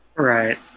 right